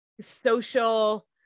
social-